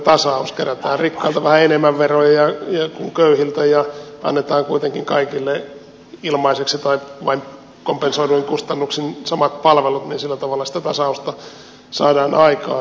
kerätään rikkailta vähän enemmän veroja kuin köyhiltä ja annetaan kuitenkin kaikille ilmaiseksi tai vain kompensoiduin kustannuksin samat palvelut niin sillä tavalla sitä tasausta saadaan aikaan